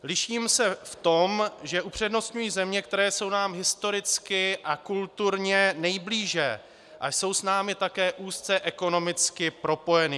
Liším se v tom, že upřednostňuji země, které jsou nám historicky a kulturně nejblíže a jsou s námi také úzce ekonomicky propojeny.